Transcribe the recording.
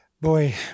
Boy